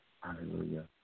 Hallelujah